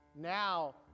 now